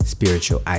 Spiritual